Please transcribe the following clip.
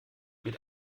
mit